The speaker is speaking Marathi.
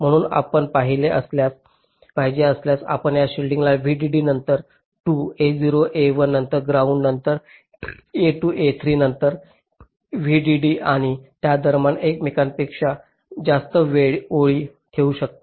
म्हणून आपणास पाहिजे असल्यास आपण या शिल्डिंग VDD नंतर 2 a0 a1 नंतर ग्राउंड नंतर a2 a3 नंतर VDD आणि त्या दरम्यान एकापेक्षा जास्त ओळी ठेवू शकता